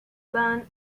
van